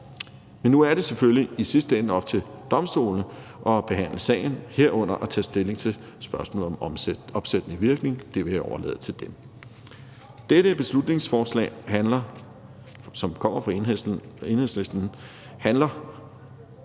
Men nu er det selvfølgelig i sidste ende op til domstolene at behandle sagen, herunder at tage stilling til spørgsmålet om opsættende virkning. Det vil jeg overlade til dem. Dette beslutningsforslag, som